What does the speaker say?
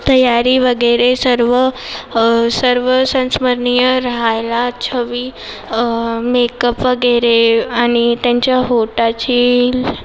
तयारी वगैरे सर्व सर्व संस्मरणीय रहायलाच हवी मेकअप वगैरे आणि त्यांच्या ओठाची